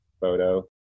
photo